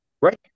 Right